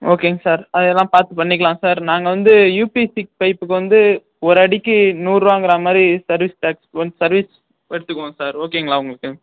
ஓகேங்க சார் அதை எல்லாம் பார்த்து பண்ணிக்கலாம் சார் நாங்கள் வந்து யூபிசி பைப்புக்கு வந்து ஒரு அடிக்கு நூறுவாங்கிறா மாதிரி சர்வீஸ் டேக்ஸ் ஒன்ஸ் சர்வீஸ் எடுத்துக்குவோம் சார் ஓகேங்களா உங்களுக்கு